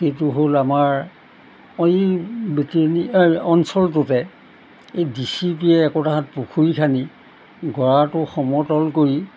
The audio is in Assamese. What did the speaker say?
সেইটো হ'ল আমাৰ অঞ্চলটোতে এই ডিচিপিয়ে একোটাহঁত পুখুৰী খান্দি গৰাটো সমতল কৰি